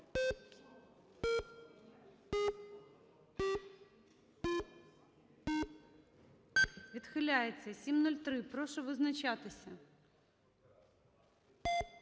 Відхиляється. 703. Прошу визначатися.